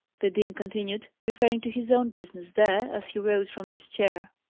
the dean continued, referring to his own business there, as he rose from his chair.